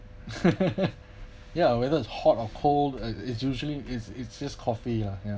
ya whether it's hot or cold uh it usually is it just coffee ya ya